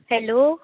hello